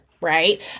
right